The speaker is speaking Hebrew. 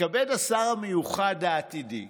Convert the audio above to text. יתכבד השר המיוחד העתידי,